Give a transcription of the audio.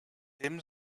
dim